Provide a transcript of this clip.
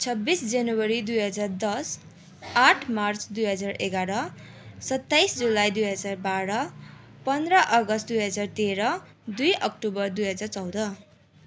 छब्बिस जनवरी दुई हजार दस आठ मार्च दुई हजार एघार सत्ताइस जुलाई दुई हजार बाह्र पन्ध्र अगस्ट दुई हजार तेह्र दुई अक्टोबर दुई हजार चौध